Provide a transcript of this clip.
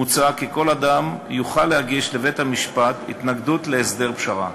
מוצע כי כל אדם יוכל להגיש לבית-המשפט התנגדות להסדר פשרה.